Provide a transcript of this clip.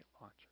launcher